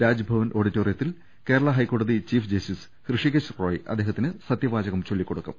രാജ്ഭവൻ ഓഡി റ്റോറിയത്തിൽ കേരളാ ഹൈക്കോടതി ചീഫ് ജസ്റ്റിസ് ഹൃഷികേഷ് റോയി അദ്ദേഹത്തിന് സത്യവാചകം ചൊല്ലിക്കൊടുക്കും